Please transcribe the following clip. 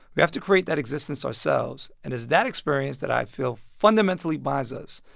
we have to create that existence ourselves. and it's that experience that i feel fundamentally binds us.